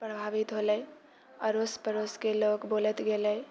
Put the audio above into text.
प्रभावित हौले अड़ोस पड़ोसके लोक बोलैत गेले